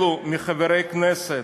אלו מחברי הכנסת,